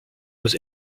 was